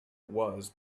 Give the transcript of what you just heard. was